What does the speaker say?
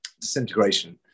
Disintegration